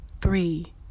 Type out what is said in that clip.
Three